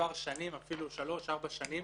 מספר שנים, אפילו שלוש-ארבע שנים,